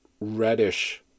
reddish